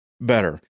better